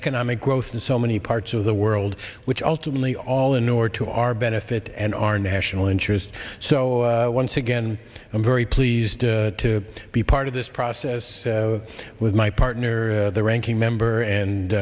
economic growth and so many parts of the world which ultimately all in order to our benefit and our national interest so once again i'm very pleased to be part of this process with my partner the ranking member and